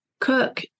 cook